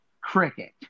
Cricket